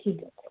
ঠিক আছে